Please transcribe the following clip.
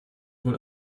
wohl